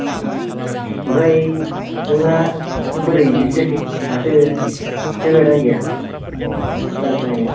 ओमफ्राय नोंना बोरै बिदि जाखो माथो हेल्मेट आनो गैया गारि सालायनाया